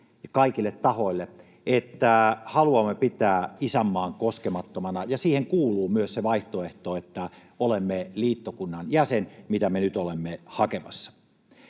kaikille tahoille, että haluamme pitää isänmaan koskemattomana, ja siihen kuuluu myös se vaihtoehto, että olemme liittokunnan jäsen, mitä me nyt olemme hakemassa.